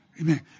Amen